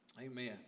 Amen